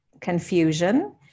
confusion